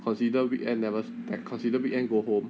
consider weekend levels like consider weekend go home